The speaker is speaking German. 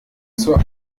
zur